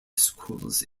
schools